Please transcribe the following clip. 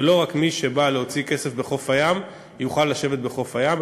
ולא רק מי שבא להוציא כסף בחוף הים יוכל לשבת בחוף הים,